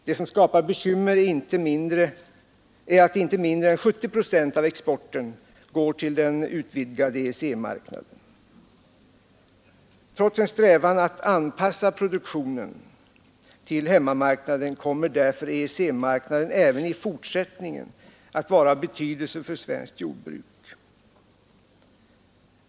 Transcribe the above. Det som skapar bekymmer är att inte mindre än 70 procent av exporten går till den utvidgade EEC-marknaden. Trots en strävan att anpassa produktionen till hemmamarknaden kommer därför EEC-marknaden även i fortsättningen att vara av betydelse för svenskt jordbruk.